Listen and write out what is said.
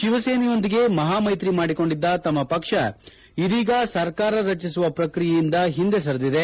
ಶಿವಸೇನೆಯೊಂದಿಗೆ ಮಹಾಮ್ಯೆಪ್ರಿ ಮಾಡಿಕೊಂಡಿದ್ದ ತಮ್ಮ ಪಕ್ಷ ಇದೀಗ ಸರ್ಕಾರ ರಚಿಸುವ ಪ್ರಕ್ರಿಯೆಯಿಂದ ಹಿಂದೆ ಸಂದಿದೆ